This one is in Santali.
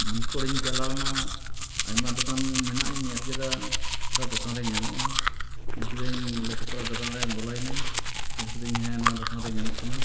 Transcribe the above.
ᱢᱟᱱᱠᱚᱲ ᱤᱧ ᱪᱟᱞᱟᱣ ᱮᱱᱟ ᱟᱭᱢᱟ ᱫᱚᱠᱟᱱ ᱢᱮᱱᱟᱜᱼᱟ ᱧᱮᱞ ᱠᱮᱫᱟᱹᱧ ᱚᱠᱟ ᱴᱟᱜ ᱫᱚᱠᱟᱱ ᱨᱮ ᱧᱟᱢᱚᱜᱼᱟ ᱧᱮᱞ ᱠᱮᱫᱟᱹᱧ ᱞᱟᱴᱩ ᱯᱟᱨᱟ ᱫᱚᱠᱟᱱᱨᱤᱧ ᱵᱚᱞᱚᱭᱮᱱᱟᱹᱧ ᱧᱮᱞ ᱠᱤᱫᱟᱹᱧ ᱦᱮᱸ ᱱᱚᱣᱟ ᱫᱚᱠᱟᱱ ᱨᱮ ᱧᱟᱢᱚᱜ ᱠᱟᱱᱟ